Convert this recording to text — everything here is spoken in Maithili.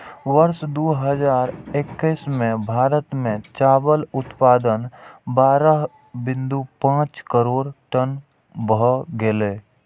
वर्ष दू हजार एक्कैस मे भारत मे चावल उत्पादन बारह बिंदु पांच करोड़ टन भए गेलै